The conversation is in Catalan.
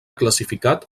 classificat